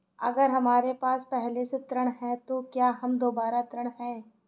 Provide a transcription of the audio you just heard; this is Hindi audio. अगर हमारे पास पहले से ऋण है तो क्या हम दोबारा ऋण हैं?